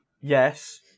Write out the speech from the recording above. yes